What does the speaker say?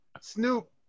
Snoop